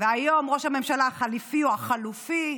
והיום ראש הממשלה החליפי, או החלופי,